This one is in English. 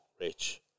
Rich